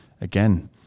again